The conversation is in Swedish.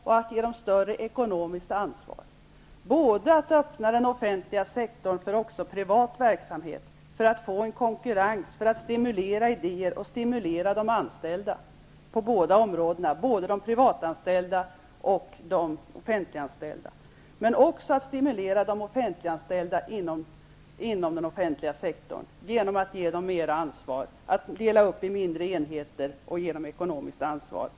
Vi har talat om att öppna den offentliga sektorn också för privat verksamhet för att få till stånd konkurrens, för att stimulera till idéer och stimulera de anställda på båda områdena, både de privatanställda och de offentliganställda. Men vi har också talat om att stimulera de anställda inom den offentliga sektorn genom att ge dem mera ansvar, genom att dela upp verksamheten i mindre enheter och genom att ge dem ekonomiskt ansvar.